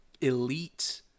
elite